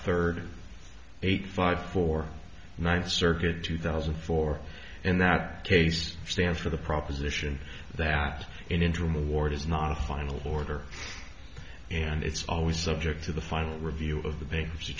third eight five for ninth circuit two thousand and four and that case stands for the proposition that an interim award is not a final order and it's always subject to the final review of the bankruptcy